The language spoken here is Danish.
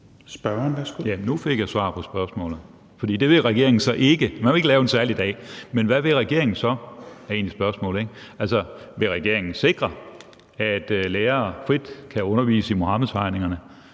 (DF): Ja, nu fik jeg svar på spørgsmålet. Det vil regeringen så ikke, altså man vil ikke lave en særlig dag, men hvad vil regeringen så? er egentlig spørgsmålet. Altså, vil regeringen sikre, at lærere frit kan undervise i Muhammedtegningerne,